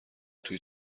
توی